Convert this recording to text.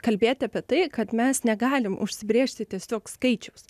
kalbėti apie tai kad mes negalim užsibrėžti tiesiog skaičiaus